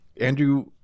andrew